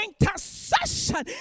intercession